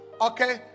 Okay